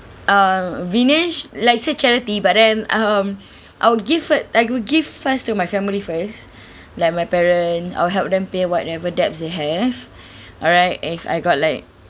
err vinesh like say charity but then um I would give first I would give first to my family first like my parents or help them pay whatever debts they have alright if I got like